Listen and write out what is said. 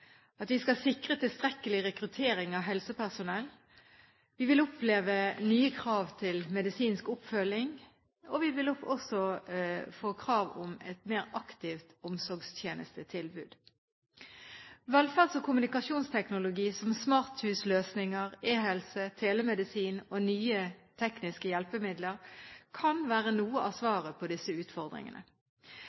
tilstrekkelig rekruttering av helsepersonell nye krav til medisinsk oppfølging og til et mer aktivt omsorgstjenestetilbud Velferds- og kommunikasjonsteknologi som smarthusløsninger, eHelse, telemedisin og nye tekniske hjelpemidler kan være noe av svaret på disse utfordringene.